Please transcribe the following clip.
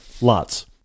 Lots